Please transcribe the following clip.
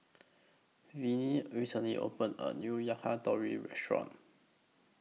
Viney recently opened A New Yakitori Restaurant